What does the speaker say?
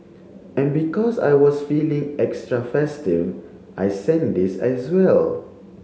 and because I was feeling extra festive I sent this as well